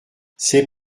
c’est